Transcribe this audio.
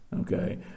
Okay